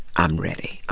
i'm ready.